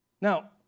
Now